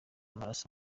amaraso